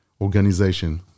organization